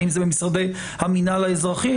האם זה במשרדי המנהל האזרחי,